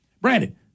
Brandon